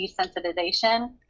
desensitization